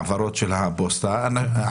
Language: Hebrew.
סנגור, שופט ואם יש וגורמים נוספים.